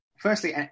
firstly